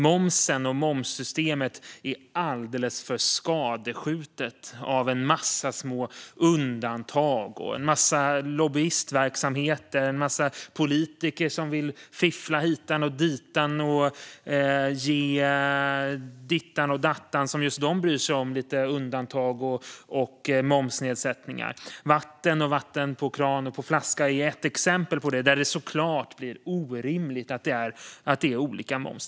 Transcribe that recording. Momsen och momssystemet är alldeles för skadskjutet av en massa små undantag, en massa lobbyistverksamheter och en massa politiker som vill fiffla hitan och ditan och ge dittan och dattan som just de bryr sig om lite undantag och momsnedsättningar. Vatten, vatten på kran och vatten på flaska, är ett exempel på det, där det såklart blir orimligt att det är olika moms.